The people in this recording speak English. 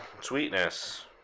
Sweetness